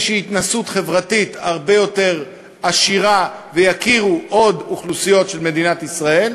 התנסות חברתית הרבה יותר עשירה ויכירו עוד אוכלוסיות של מדינת ישראל,